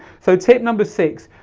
so tip number six.